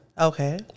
okay